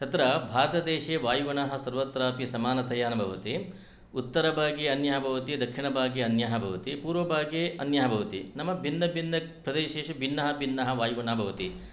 तत्र भारतदेशे वायुगुणः सर्वत्र अपि समानतया न भवति उत्तरभागे अन्यः भवति दक्षिणभागे अन्यः भवति पूर्वभागे अन्यः भवति नाम भिन्नभिन्नप्रदेशेषु भिन्नाः भिन्नाः वायुगुनः भवति